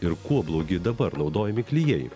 ir kuo blogi dabar naudojami klijai